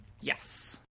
Yes